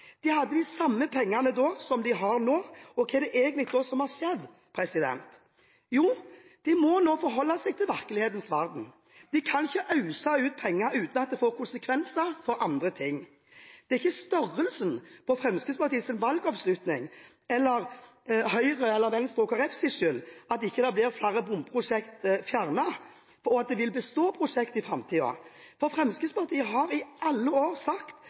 De hadde de samme pengene da som de har nå. Hva har egentlig skjedd? Jo, nå må de forholde seg til virkelighetens verden. De kan ikke øse ut penger uten at det får konsekvenser på andre områder. Det er ikke størrelsen på Fremskrittspartiets valgoppslutning eller Høyre, Kristelig Folkeparti og Venstres skyld at færre bomprosjekter blir fjernet, og at det vil bestå prosjekter i framtiden. Fremskrittspartiet har i alle år sagt